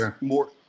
more